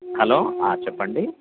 hello చెప్పండి